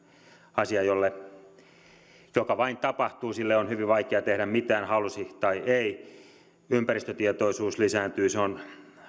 asia joka vain tapahtuu sille on hyvin vaikea tehdä mitään halusi tai ei ympäristötietoisuus lisääntyy se on